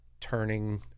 turning